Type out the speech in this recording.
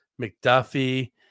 McDuffie